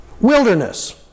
wilderness